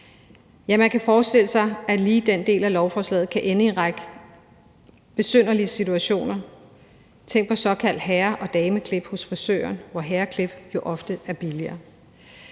man kan forestille sig, at lige den del af lovforslaget kan ende i en række besynderlige situationer. Tænk på såkaldt herre- og dameklip hos frisøren, hvor herreklip jo ofte er billigere.